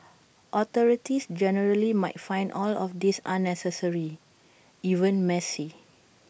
authorities generally might find all of this unnecessary even messy